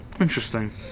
Interesting